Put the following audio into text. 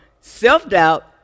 self-doubt